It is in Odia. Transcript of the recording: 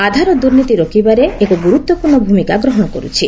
ଆଧାର ଦୁର୍ନୀତି ରୋକିବାରେ ଏକ ଗୁରୁତ୍ୱପୂର୍ଣ୍ଣ ଭୂମିକା ଗ୍ରହଣ କରୁଛି